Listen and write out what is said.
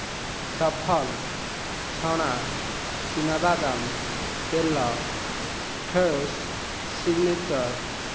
ସଫଲ ଛଣା ଚିନାବାଦାମ ତେଲ ଫ୍ରେଶ୍ ସିଗ୍ନେଚର୍